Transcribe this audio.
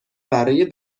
برای